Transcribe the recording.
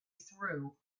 through